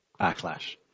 backlash